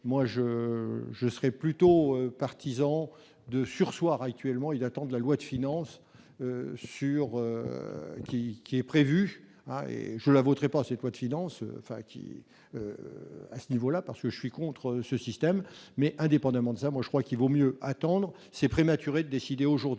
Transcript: je, je serais plutôt partisan de surseoir actuellement il attendent la loi de finances sur qui qui est prévu et je la voterai pas cette loi de finances Fathi à ce niveau-là, parce que je suis contre ce système mais indépendamment de ça, moi je crois qu'il vaut mieux attendre c'est prématuré, décidé aujourd'hui